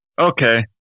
Okay